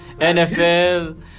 nfl